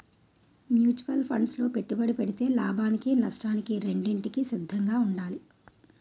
mutual funds లో పెట్టుబడి పెడితే లాభానికి నష్టానికి రెండింటికి సిద్ధంగా ఉండాలి